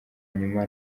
nyuma